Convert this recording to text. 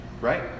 right